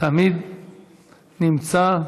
תמיד נמצא.